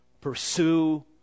Pursue